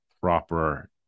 proper